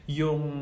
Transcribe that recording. yung